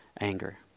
anger